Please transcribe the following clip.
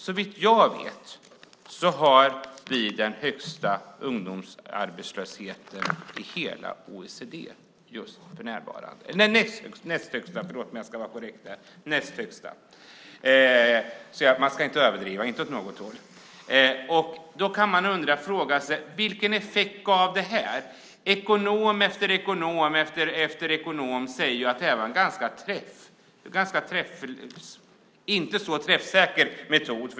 Såvitt jag vet har vi den näst högsta ungdomsarbetslösheten i hela OECD för närvarande. Man kan fråga sig vilken effekt det gav. Ekonom efter ekonom säger att det här inte var en så träffsäker metod.